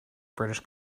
british